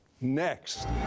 Next